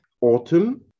autumn